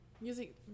Music